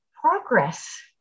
progress